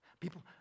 People